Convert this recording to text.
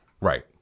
Right